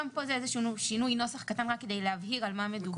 גם פה זה איזשהו שינוי נוסח קטן רק כדי להבהיר על מה מדובר.